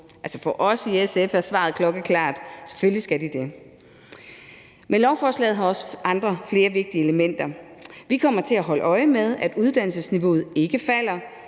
For os i SF er svaret klokkeklart: Selvfølgelig skal de det. Men lovforslaget har også flere andre vigtige elementer. Vi kommer til at holde øje med, at uddannelsesniveauet ikke falder.